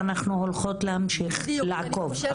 ואנחנו הולכות להמשיך לעקוב.